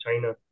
china